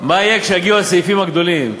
מה יהיה כשיגיעו הסעיפים הגדולים,